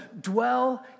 dwell